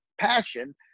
passion